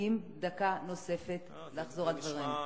למציעים דקה נוספת לחזור על דבריהם.